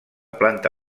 planta